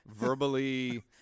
verbally